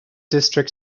district